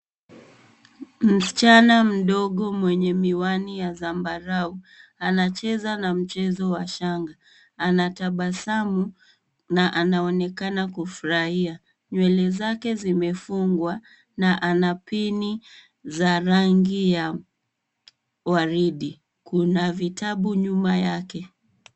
Msichana mdogo mwenye miwani ya zambarau anacheza na mchezo wa shanga, anatabasamu na anaonekana kufurahia, nywele zake zimefungwa na ana pini za rangi ya waridi. Kuna vitabu nyuma yake.